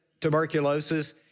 tuberculosis